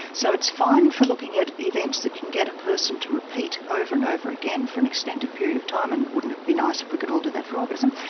so it's fine for looking at events that you can get a person to repeat over and over again for an extended period of time. and wouldn't it be nice if we could all do that for orgasm.